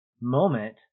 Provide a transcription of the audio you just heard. moment